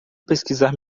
pesquisar